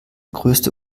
größte